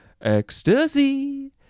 Ecstasy